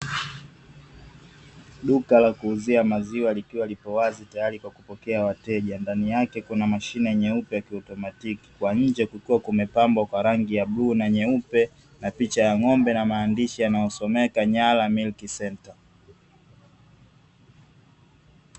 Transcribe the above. Duka la kuuzia maziwa likiwa liko wazi tayari kwa kupokea wateja ndani yake kuna mashine nyeupe ya kiotomatiki, kwa nje kukiwa kumepambwa kwa rangi ya bluu na nyeupe na picha ya ng'ombe na maandishi yanayosomeka "Nyala milk center".